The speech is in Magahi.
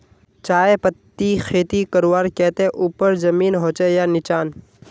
चाय पत्तीर खेती करवार केते ऊपर जमीन होचे या निचान?